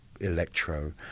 electro